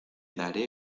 daré